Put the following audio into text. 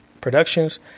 productions